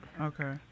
Okay